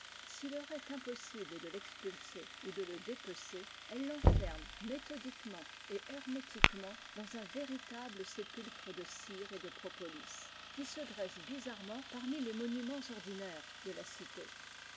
s'il leur est impossible de l'expulser ou de le dépecer elles l'enferment méthodiquenaent et hermétiquement dans un véritable sépulcre de cire et de propolis qui se dresse bizarrement parmi les monuments ordinaires de la cité